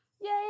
Yay